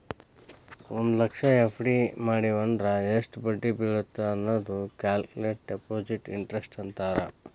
ಒಂದ್ ಲಕ್ಷ ಎಫ್.ಡಿ ಮಡಿವಂದ್ರ ಎಷ್ಟ್ ಬಡ್ಡಿ ಬೇಳತ್ತ ಅನ್ನೋದ ಕ್ಯಾಲ್ಕುಲೆಟ್ ಡೆಪಾಸಿಟ್ ಇಂಟರೆಸ್ಟ್ ಅಂತ